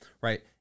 Right